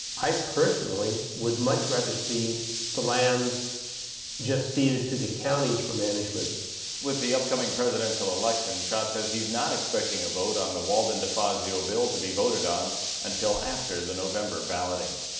i personally would much rather see the lands just ceded to the counties for management with the upcoming presidential election schott says he's not expecting a vote on the walden defazio bill to be voted on until after the november balloting.